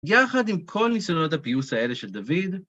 יחד עם כל ניסיונות הפיוס האלה של דוד,